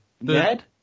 Ned